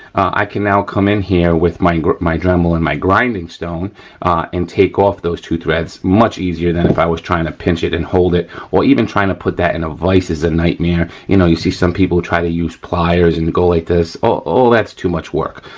i can now come in here with my dremel and my grinding stone and take off those two threads much easier than if i was trying to pinch it and hold it or even trying to put that in a vise is a nightmare. you know, you see some people try to use pliers and go like this, oh, that's too much work.